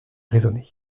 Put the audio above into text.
raisonner